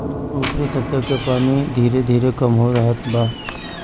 ऊपरी सतह कअ पानी धीरे धीरे कम हो रहल बा